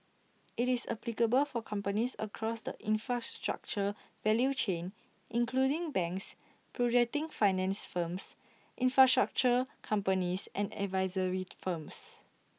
IT is applicable for companies across the infrastructure value chain including banks projecting finance firms infrastructure companies and advisory firms